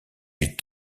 est